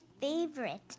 favorite